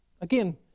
Again